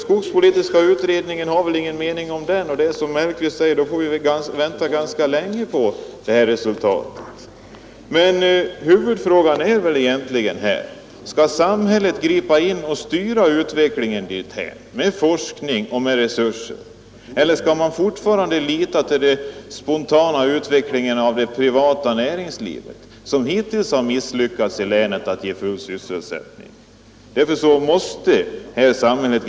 Skogspolitiska utredningen har tydligen ingen mening härom, och skall vi vänta på den får vi, som herr Mellqvist sade, vänta ganska länge på något resultat. Huvudfrågan är: Skall samhället gripa in och styra utvecklingen genom att ställa resurser till förfogande för forskning, eller skall man fortsätta att lita till den spontana utvecklingen av det privata näringslivet, som hittills har misslyckats med att ge full sysselsättning i länet?